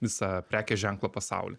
visą prekės ženklo pasaulį